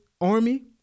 army